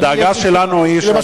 אדוני, הדאגה שלנו היא של הציבור.